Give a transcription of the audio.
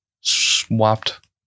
Swapped